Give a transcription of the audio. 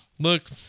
Look